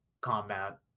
combat